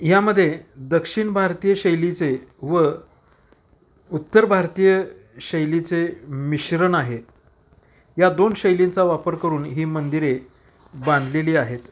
यामध्ये दक्षिण भारतीय शैलीचे व उत्तर भारतीय शैलीचे मिश्रण आहे या दोन शैलींचा वापर करून ही मंदिरे बांधलेली आहेत